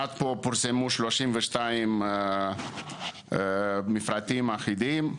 עד כה פורסמו 32 מפרטים אחידים.